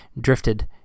drifted